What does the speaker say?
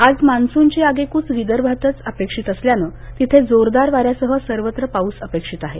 आज मान्सूनची आगेक्च विदर्भातच अपेक्षित असल्यानं तिथे जोरदार वाऱ्यासह सर्वत्र पाऊस अपेक्षित आहे